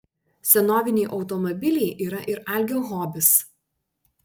senoviniai automobiliai yra ir algio hobis